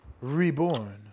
Reborn